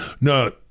No